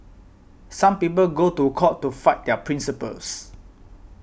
some people go to court to fight their principles